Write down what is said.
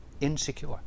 insecure